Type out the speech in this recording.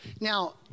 Now